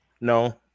No